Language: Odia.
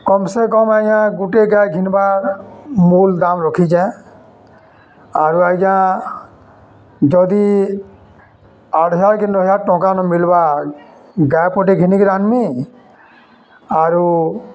କମ୍ ସେ କମ୍ ଆଜ୍ଞା ଗୋଟେ ଗାଏ ଘିନ୍ବାର୍ ମୂଲ୍ ଦାମ୍ ରଖିଚେ ଆରୁ ଆଜ୍ଞା ଯଦି ଆଠ୍ ହଜାର୍ କି ନଅ ହଜାର୍ ଟଙ୍ଗା ନମିଲ୍ଲା ଗାଏ ପଟେ ଘିନିକରି ଆନ୍ମି ଆରୁ